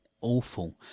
awful